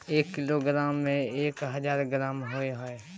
एक किलोग्राम में एक हजार ग्राम होय छै